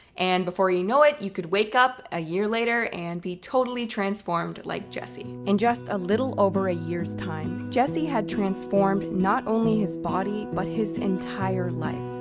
and before you know it, you could wake up a year later, and be totally transformed, like jesse. in just a little over a year's time, jesse had transformed not only his body, but his entire life.